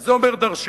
זה אומר דורשני.